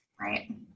Right